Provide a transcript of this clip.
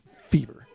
fever